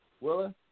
Willa